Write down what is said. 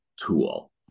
tool